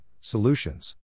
solutions